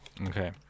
Okay